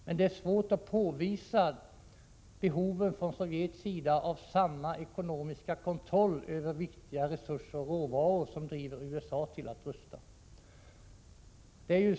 Men det är svårt att påvisa Sovjets behov av samma ekonomiska kontroll över viktiga resurser och råvaror som driver USA att rusta.